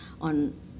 on